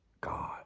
God